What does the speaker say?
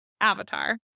Avatar